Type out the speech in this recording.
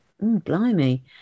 Blimey